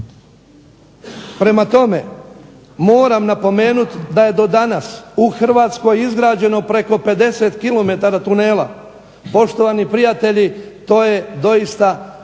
Prema tome, moram napomenuti da je do danas u Hrvatskoj izgrađeno preko 50 km tunela. Poštovani prijatelji, to je doista